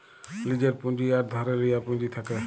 লীজের পুঁজি আর ধারে লিয়া পুঁজি থ্যাকে